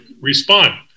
respond